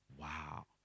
Wow